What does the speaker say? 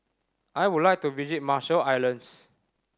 I would like to visit Marshall Islands